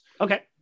Okay